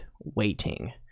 waiting